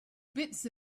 bits